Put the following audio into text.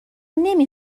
نمی